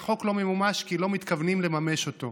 אלא החוק לא ממומש כי לא מתכוונים לממש אותו.